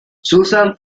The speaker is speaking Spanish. susan